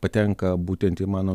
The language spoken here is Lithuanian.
patenka būtent į mano